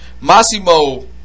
Massimo